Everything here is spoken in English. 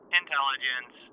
intelligence